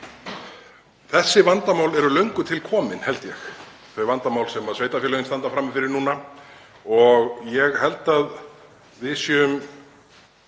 Þessi vandamál eru löngu til komin, held ég, þau vandamál sem sveitarfélögin standa frammi fyrir núna. Ég held að við séum